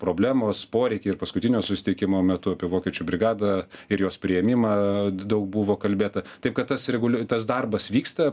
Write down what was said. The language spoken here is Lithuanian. problemos poreikiai ir paskutinio susitikimo metu apie vokiečių brigadą ir jos priėmimą daug buvo kalbėta taip kad tas reguliuo tas darbas vyksta